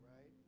right